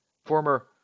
Former